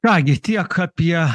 ką gi tiek apie